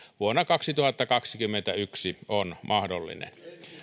vuonna kaksituhattakaksikymmentäyksi on mahdollinen